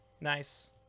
Nice